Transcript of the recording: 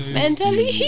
mentally